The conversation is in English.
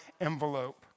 envelope